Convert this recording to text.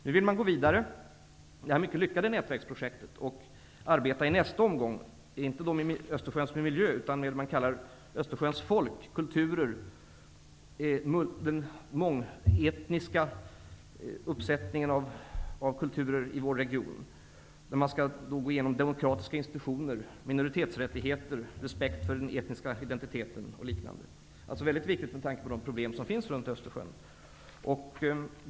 Nu vill man gå vidare med det här mycket lyckade nätverksprojektet och i nästa omgång arbeta inte med Östersjöns miljö utan med det man kallar Östersjöns folk, den etniska uppsättningen av kulturer i vår region. Man skall gå igenom demokratiska institutioner, minoritetsrättigheter, respekt för den etniska identiteten och liknande. Alltså mycket viktiga saker med tanke på de problem som finns runt Östersjön.